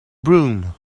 broom